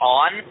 on